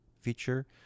feature